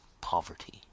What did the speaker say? poverty